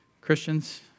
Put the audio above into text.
Christians